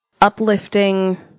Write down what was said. uplifting